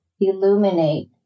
illuminate